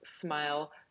smile